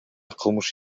кылмыш